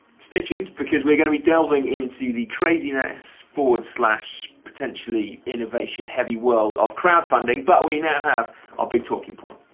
stay tuned, because we're gonna be delving into the craziness forward slash potentially innovation-heavy world of crowdfunding but we now have our big talking point.